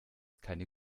keine